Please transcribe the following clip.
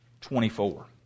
twenty-four